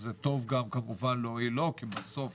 זה כמובן טוב לו כי בסוף